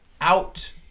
out